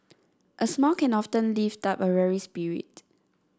a smile can often lift up a weary spirit